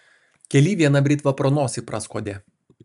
kely viena britva pro nosį praskuodė